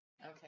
Okay